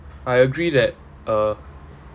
I agree that uh